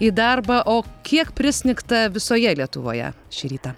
į darbą o kiek prisnigta visoje lietuvoje šį rytą